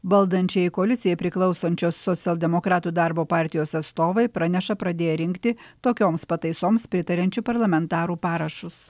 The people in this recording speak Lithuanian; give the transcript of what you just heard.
valdančiajai koalicijai priklausančios socialdemokratų darbo partijos atstovai praneša pradėję rinkti tokioms pataisoms pritariančių parlamentarų parašus